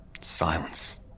Silence